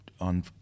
on